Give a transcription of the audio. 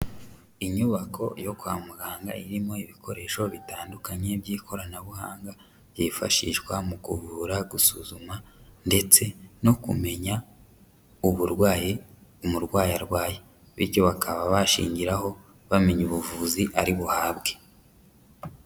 Inyubako yo kwa muganga irimo ibikoresho bitandukanye by'ikoranabuhanga byifashishwa mu kuvura, gusuzuma, ndetse no kumenya uburwayi umurwayi arwaye. Bityo bakaba bashingiraho, bamenya ubuvuzi ari buhabwe.